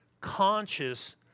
conscious